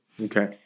Okay